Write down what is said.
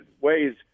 ways